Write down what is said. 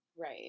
Right